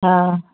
हँ